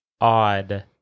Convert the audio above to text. Odd